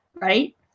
right